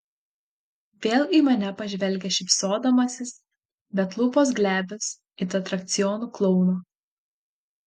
vėl į mane pažvelgia šypsodamasis bet lūpos glebios it atrakcionų klouno